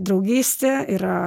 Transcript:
draugystė yra